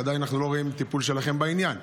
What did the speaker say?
ועדיין אנחנו לא רואים טיפול שלכם בעניין.